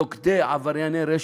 לוכדי עברייני רשת,